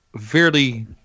fairly